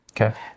Okay